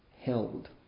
held